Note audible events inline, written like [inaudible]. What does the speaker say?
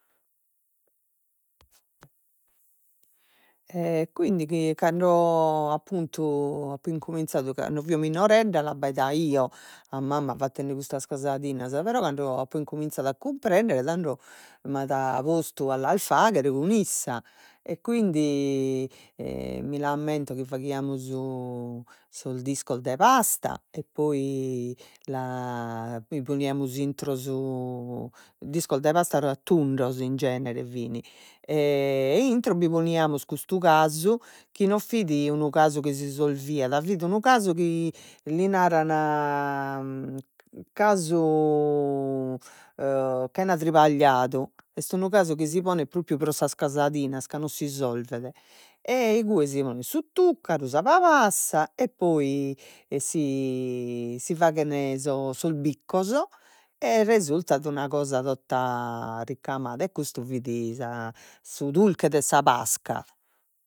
[noise] [hesitation] quindi chi cando appuntu apo incominzadu, cando fio minoredda, l'abbaidaio a mamma fattende custas casadinas, però cando apo incominzadu a cumprender, tando m'at postu a las fagher cun issa, e quindi [hesitation] mi l'ammento chi faghiamus sos discos de pasta, e poi [hesitation] bi poniamus intro su discos de pasta tundos in genere fin e intro bi poniamus custu casu chi non fit unu casu chi s'isolviat, fit unu casu chi li naran [hesitation] casu [hesitation] chena tribagliadu. Est unu casu chi si ponet propriu pro sas casadinas, ca non si isolvet e igue si ponet su tuccaru, sa pabassa, e poi si si faghen sos biccos, e resultat una cosa tota ricamada e custu fit sa su dulche de sa Pasca